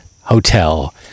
Hotel